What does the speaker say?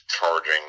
charging